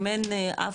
אם אין אף